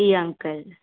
जी uncle